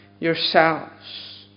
yourselves